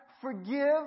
forgive